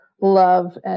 love